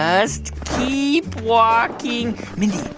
ah just keep walking. mindy,